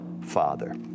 father